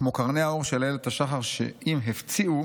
כמו קרני האור של איילת השחר, שאם הפציעו,